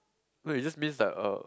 no it just means that uh